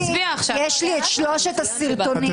יש לי את שלושת הסרטונים.